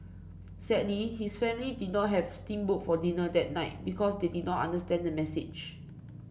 sadly his family did not have steam boat for dinner that night because they did not understand the message